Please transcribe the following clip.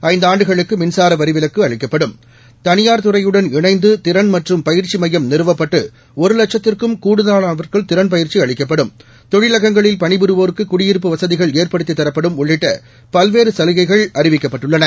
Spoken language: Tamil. ஐந்து ஆண்டுகளுக்கு மின்சார வரி விலக்கு அளிக்கப்படும் துளியார் துறையுடன் இணைந்து திறன் மற்றும் பயிற்சி மையம் நிறுவப்பட்டு ஒரு லட்சத்திற்கும் கூடுதானவர்களுக்கு திறன் பயிற்சி அளிக்கப்படும் தொழிலகங்களில் பணி புரிவோருக்கு குடியிருப்பு வசதிகள் ஏற்படுத்தி தரப்படும் உள்ளிட்ட பல்வேறு சலுகைகள் அறிவிக்கப்பட்டுள்ளன